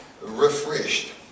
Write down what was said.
refreshed